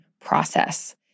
process